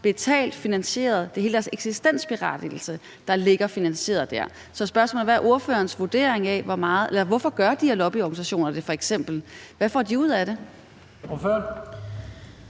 betalt, finansieret, det er hele deres eksistensberettigelse, der ligger finansieret der. Så spørgsmålet er, hvad ordførerens vurdering er af, hvorfor de her to lobbyorganisationer gør det. Hvad får de ud af det? Kl.